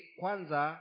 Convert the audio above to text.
kwanza